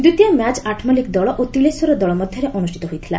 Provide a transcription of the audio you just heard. ଦ୍ୱିତୀୟ ମ୍ୟାଚ୍ ଆଠମଲ୍ଲିକ ଦଳ ଓ ତିଲେଶ୍ୱର ଦଳ ମଧ୍ଧରେ ଅନୁଷ୍ଷିତ ହୋଇଥିଲା